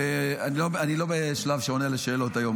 אני לא בשלב שאני עונה על שאלות היום,